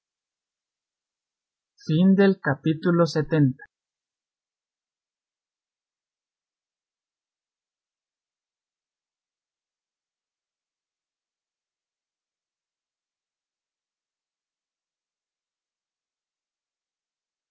fin del capítulo